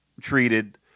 treated